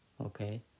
Okay